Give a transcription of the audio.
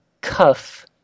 cuff